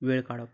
वेळ काडप